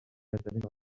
métalliques